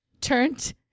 Turned